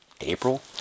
April